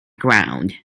ground